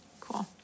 cool